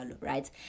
right